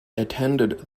attended